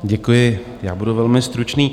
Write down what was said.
Děkuji, já budu velmi stručný.